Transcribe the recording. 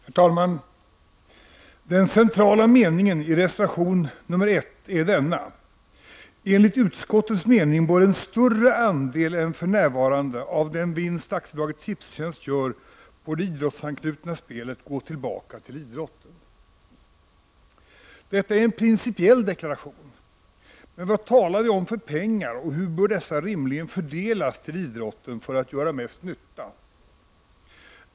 Herr talman! Den centrala meningen i reservation nr 1 är denna: ”Enligt utskottets mening bör en större andel än för närvarande av den vinst AB Tipstjänst gör på det idrottsanknutna spelet gå tillbaka till idrotten.” Detta är en principiell deklaration. Men vilka pengar talar vi om, och hur bör dessa rimligen fördelas till idrotten för att göra mest nytta?